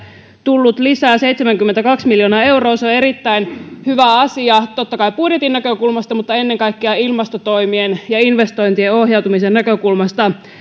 tullut lisää seitsemänkymmentäkaksi miljoonaa euroa se on totta kai erittäin hyvä asia budjetin näkökulmasta mutta ennen kaikkea ilmastotoimien ja investointien ohjautumisen näkökulmasta